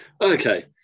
Okay